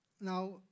Now